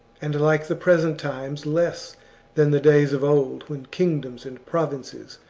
and like the present times less than the days of old when kingdoms and provinces,